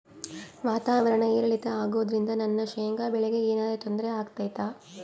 ವಾತಾವರಣ ಏರಿಳಿತ ಅಗೋದ್ರಿಂದ ನನ್ನ ಶೇಂಗಾ ಬೆಳೆಗೆ ಏನರ ತೊಂದ್ರೆ ಆಗ್ತೈತಾ?